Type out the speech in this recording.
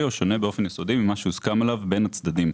או שונה באופן יסודי ממה שהוסכם עליו בין הצדדים.